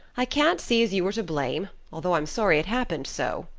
i can't see as you were to blame although i'm sorry it happened so.